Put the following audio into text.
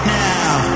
now